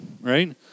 right